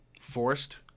forced